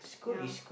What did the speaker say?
ya